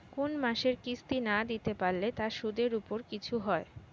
কোন মাসের কিস্তি না দিতে পারলে তার সুদের উপর কিছু হয়?